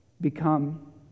become